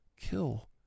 kill